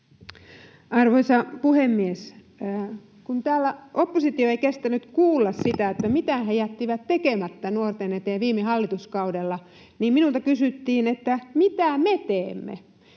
Arvoisa puhemies! Kun täällä oppositio ei kestänyt kuulla sitä, mitä he jättivät tekemättä nuorten eteen viime hallituskaudella, niin minulta kysyttiin, mitä me teemme.